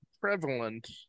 prevalent